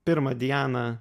pirmą dieną